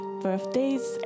birthdays